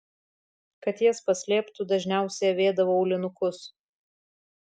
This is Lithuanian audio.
kad jas paslėptų dažniausiai avėdavo aulinukus